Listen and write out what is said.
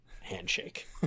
handshake